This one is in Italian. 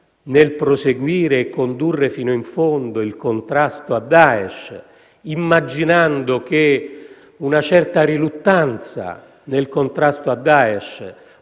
nel proseguire e condurre fino in fondo il contrasto a Daesh, immaginando che una certa riluttanza nel contrasto a Daesh